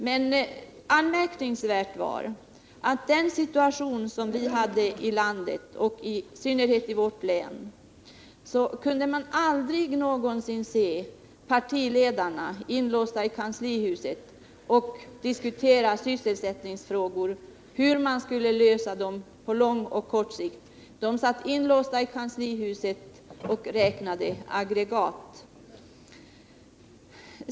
Men anmärkningsvärt var att i den situation vi hade i landet, och i synnerhet i vårt län, kunde man aldrig någonsin se partiledarna inlåsta i kanslihuset för att diskutera sysselsättningsfrågor, hur man skulle lösa dem på kort och på lång sikt — de satt där inlåsta och räknade aggregat.